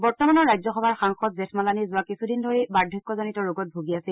বৰ্তমানৰ ৰাজ্যসভাৰ সাংসদ জেঠমালানী যোৱা কিছুদিন ধৰি বাৰ্ধক্যজনিত ৰোগত ভূগি আছিল